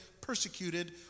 persecuted